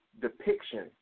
depiction